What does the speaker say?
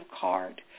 card